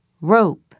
rope